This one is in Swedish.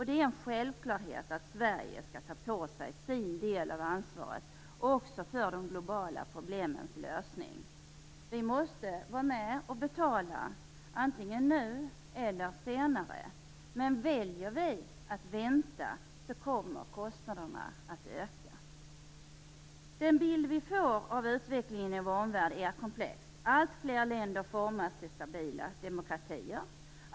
Det är en självklarhet att Sverige skall ta på sig sin del av ansvaret också för de globala problemens lösning. Vi måste vara med och betala, antingen nu eller senare. Men om vi väljer att vänta, kommer kostnaderna att öka. Den bild vi får av utvecklingen i vår omvärld är komplex. Alltfler länder formas till stabila demokratier.